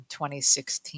2016